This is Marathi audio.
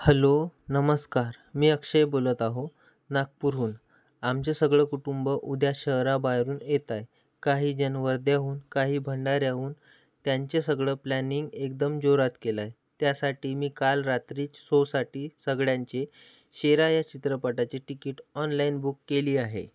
हॅलो नमस्कार मी अक्षय बोलत आहो नागपूरहून आमचे सगळं कुटुंब उद्या शहरा बरून येतय काही जण वर्ध्याहुन काही भंडाऱ्याहून त्यांचे सगळं प्लॅनिंग एकदम जोरात केलंय त्यासाठी मी काल रात्रीच सो साठी सगळ्यांचे शेरा या चित्रपटाची तिकीट ऑनलाईन बुक केली आहे